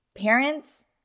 Parents